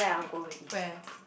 where